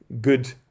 good